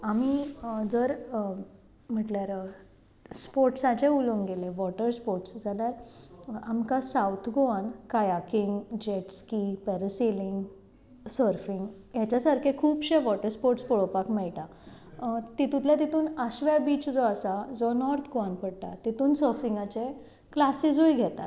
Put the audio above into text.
आमी जर म्हटल्यार स्पोट्साचे उलोवंक गेले वॉटर स्पोट्स जाल्यार आमकां सावथ गोवान kayaking jet ski parasailing surfing हाच्या सारके खूबशे वॉटर स्पोट्स पळोपाक मेळटा तातूंतल्या तातूंत आशव्या बीच जो आसा जो नोर्थ गोवान पडटा तातूंत सर्फींगीचे क्लासिसूय घेतात